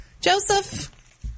Joseph